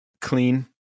Clean